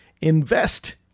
invest